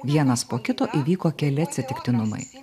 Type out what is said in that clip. vienas po kito įvyko keli atsitiktinumai